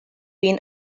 been